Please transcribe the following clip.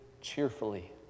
cheerfully